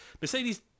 Mercedes